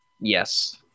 Yes